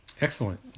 Excellent